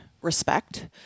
respect